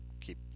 keep